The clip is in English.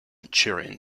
centurion